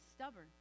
stubborn